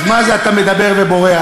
אז מה זה, אתה מדבר ובורח?